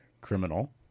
criminal